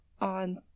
on